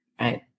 Right